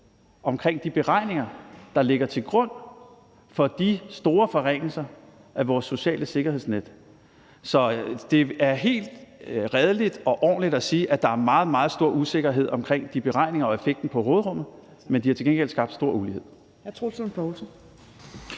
omkring de beregninger, der ligger til grund for de store forringelser af vores sociale sikkerhedsnet. Så det er helt redeligt og ordentligt at sige, at der er meget, meget stor usikkerhed omkring de beregninger og effekten på råderummet. Men de har til gengæld skabt stor ulighed.